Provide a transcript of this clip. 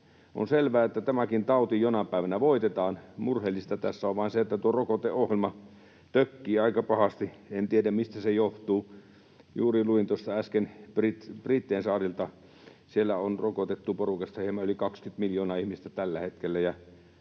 On selvää, että tämäkin tauti jonain päivänä voitetaan. Murheellista tässä on vain se, että tuo rokoteohjelma tökkii aika pahasti. En tiedä, mistä se johtuu. Juuri luin tuossa äsken Britteinsaarilta, että siellä on rokotettu porukasta hieman yli 20 miljoonaa ihmistä tällä hetkellä.